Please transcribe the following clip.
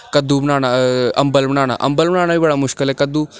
कद्दू बनाना अ अंबल बनाना अंबल बनाना बी बड़ा मुश्कल ऐ कद्दू